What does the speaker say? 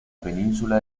península